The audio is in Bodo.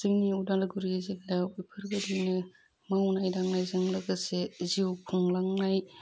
जोंनि उदालगुरि जिल्लायाव बेफोरबायदिनो मावनाय दांनायजों लोगोसे जिउ खुंलांनाय